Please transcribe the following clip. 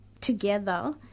together